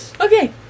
okay